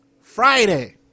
Friday